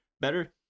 better